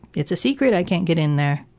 it's a secret i can't get in there.